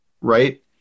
right